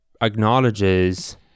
acknowledges